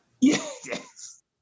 Yes